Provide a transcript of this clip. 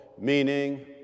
meaning